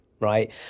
Right